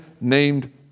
named